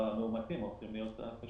המאומתים הופך להיות קטן מאוד.